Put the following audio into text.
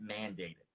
mandated